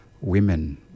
women